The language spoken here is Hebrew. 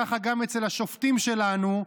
ככה גם אצל השופטים שלנו,